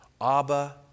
Abba